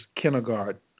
kindergarten